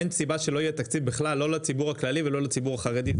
אין סיבה שלא יהיה תקציב בכלל לא לציבור הכללי ולא לציבור החרדי,